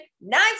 nine